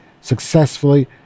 successfully